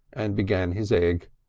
and began his egg.